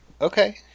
Okay